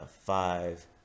five